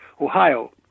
Ohio